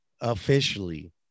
officially